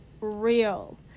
real